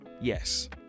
Yes